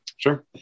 Sure